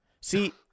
see